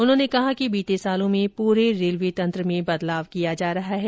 उन्होंने कहा कि बीते सालों में पूरे रेलवे तंत्र में बदलाव किया जा रहा है